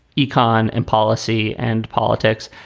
econ and policy and politics.